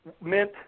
meant